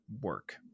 work